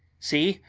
see,